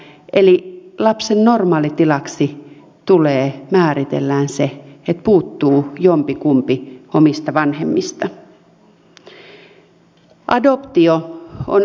eli lapsen normaalitilaksi tulee määritellään se että puuttuu jompikumpi omista vanhemmista